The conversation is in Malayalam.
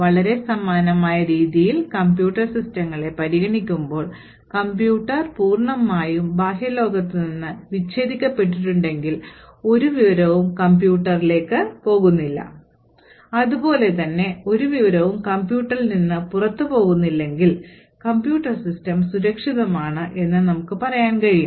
വളരെ സമാനമായ രീതിയൽ കമ്പ്യൂട്ടർ സിസ്റ്റങ്ങളെ പരിഗണിക്കുമ്പോൾ കമ്പ്യൂട്ടർ പൂർണ്ണമായും ബാഹ്യ ലോകത്തു നിന്ന് വിച്ഛേദിക്കപ്പെട്ടിട്ടുണ്ടെങ്കിൽ ഒരു വിവരവും കമ്പ്യൂട്ടറിലേക്ക് പോകുന്നില്ല ഒരു വിവരവും കമ്പ്യൂട്ടറിൽ നിന്ന് പുറത്ത് പോകുന്നില്ലെങ്കിൽ കമ്പ്യൂട്ടർ സിസ്റ്റം സുരക്ഷിതമാണെന്ന് നമുക്ക് പറയാൻ കഴിയും